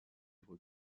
œuvre